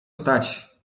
stać